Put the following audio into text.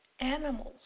animals